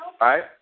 right